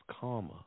karma